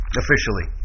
officially